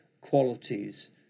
qualities